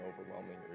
overwhelming